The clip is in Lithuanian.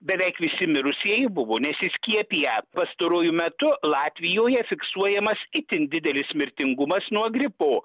beveik visi mirusieji buvo nesiskiepiję pastaruoju metu latvijoje fiksuojamas itin didelis mirtingumas nuo gripo